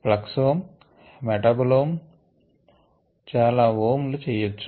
fluxome metabolome చాలా వోమ్ చెయ్యొచ్చు